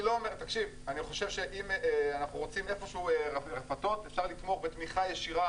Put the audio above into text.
אם אנחנו רוצים רפתות אפשר לתמוך בתמיכה ישירה